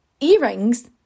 earrings